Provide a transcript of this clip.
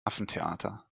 affentheater